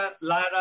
Lara